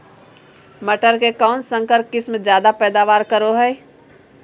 मटर के कौन संकर किस्म जायदा पैदावार करो है?